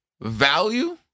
value